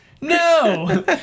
No